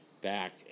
back